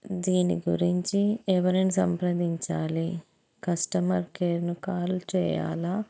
దీని గురించి ఎవరిని సంప్రదించాలి కస్టమర్ కేర్ను కాల్ చేయాలా